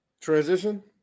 Transition